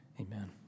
amen